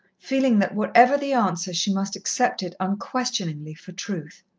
feeling that whatever the answer she must accept it unquestioningly for truth.